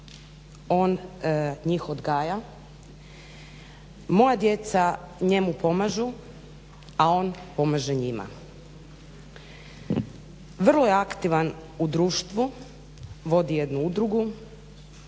on njih odgaja, moja djeca njemu pomažu a on pomaže njima. Vrlo je aktivan u društvu, vodi jednu udrugu.